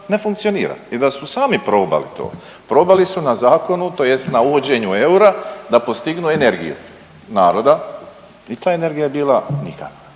ne funkcionira i da su sami probali to, probali su na zakonu tj. na uvođenju eura da postignu energiju naroda i ta energije je bila nikakva,